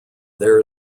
there